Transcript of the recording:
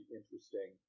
interesting